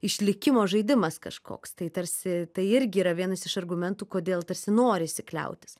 išlikimo žaidimas kažkoks tai tarsi tai irgi yra vienas iš argumentų kodėl tarsi norisi kliautis